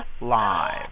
live